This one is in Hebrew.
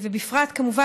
מס' 11261,